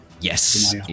Yes